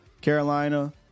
Carolina